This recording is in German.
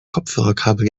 kopfhörerkabel